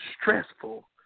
stressful